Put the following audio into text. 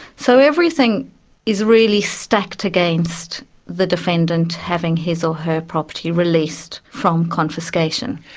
so everything is really stacked against the defendant having his or her property released from confiscation.